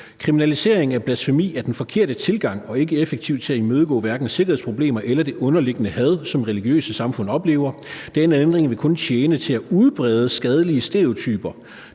Kriminalisering af blasfemi er den forkerte tilgang og ikke effektiv til at imødegå hverken sikkerhedsproblemer eller det underliggende had, som religiøse samfund oplever. Denne tilgang vil kun tjene til at udbrede skadelige stereotyper,